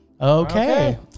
Okay